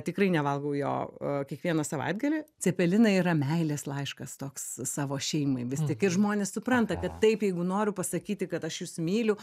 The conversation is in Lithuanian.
tikrai nevalgau jo kiekvieną savaitgalį cepelinai yra meilės laiškas toks savo šeimai vis tik ir žmonės supranta kad taip jeigu noriu pasakyti kad aš jus myliu